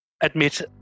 admit